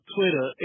Twitter